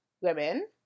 women